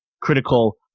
critical